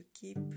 keep